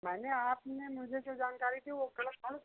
मैंने आपने मुझे जो जानकारी दी वो गलत थोड़ो